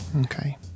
Okay